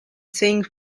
saying